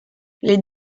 les